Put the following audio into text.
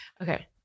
Okay